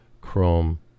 chrome